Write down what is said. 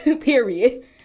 period